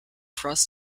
cross